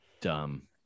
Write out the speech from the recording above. dumb